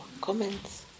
comments